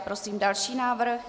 Prosím další návrh.